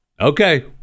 okay